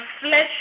flesh